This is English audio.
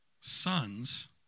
sons